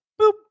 boop